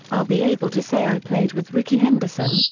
i'll be able to say i played with rickey henderson,